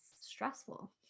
stressful